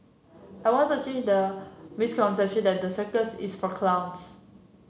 I want to change the misconception that the circus is for clowns